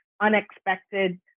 unexpected